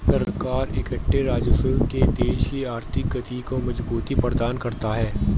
सरकार इकट्ठे राजस्व से देश की आर्थिक गति को मजबूती प्रदान करता है